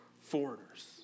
foreigners